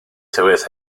tywydd